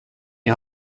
jag